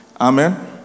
Amen